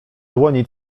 dłoni